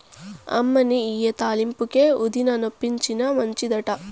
అమ్మనీ ఇయ్యి తాలింపుకే, ఊదినా, నొప్పొచ్చినా మంచిదట